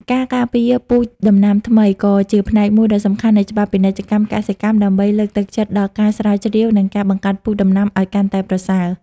ការការពារពូជដំណាំថ្មី ក៏ជាផ្នែកមួយដ៏សំខាន់នៃច្បាប់ពាណិជ្ជកម្មកសិកម្ម ដើម្បីលើកទឹកចិត្តដល់ការស្រាវជ្រាវ និងការបង្កាត់ពូជដំណាំឱ្យកាន់តែប្រសើរ។